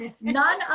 none